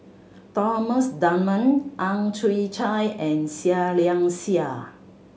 Thomas Dunman Ang Chwee Chai and Seah Liang Seah